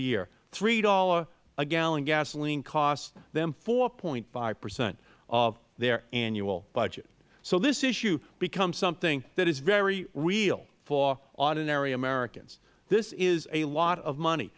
year three dollars a gallon gasoline costs them four five percent of their annual budget so this issue becomes something that is very real for ordinary americans this is a lot of money